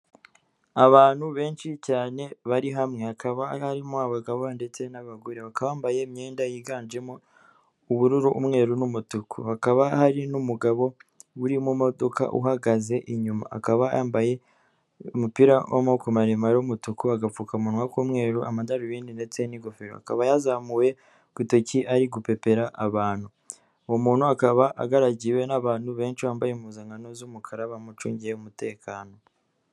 Abantu benshi cyane bari hamwe hakaba harimo abagabo ndetse n'abagore bakaba bambaye imyenda yiganjemo ubururu, umweru n'umutuku hakaba hari n'umugabo uri mu modoka uhagaze inyuma, akaba yambaye umupira w'amaboko maremare w'umutuku, agapfukamunwa k'umweru amadarubindi ndetse n'ingofero akaba yazamuwe ugutoki ari gupepera abantu. Uwo muntu akaba agaragiwe n'abantu benshi bambaye impuzankano z'umukara bamucungiye umutekano.